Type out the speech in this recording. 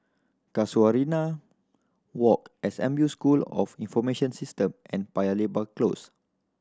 Casuarina Walk S M U School of Information System and Paya Lebar Close